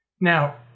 Now